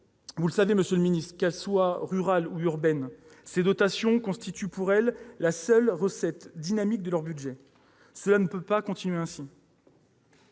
Vous le savez, monsieur le ministre, que les communes soient rurales ou urbaines, ces dotations constituent pour elles la seule recette dynamique de leur budget. Cela ne peut plus continuer ainsi